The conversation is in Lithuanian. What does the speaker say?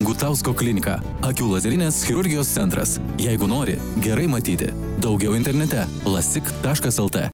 gutausko kliniką akių lazerinės chirurgijos centras jeigu nori gerai matyti daugiau internete lasik taškas lt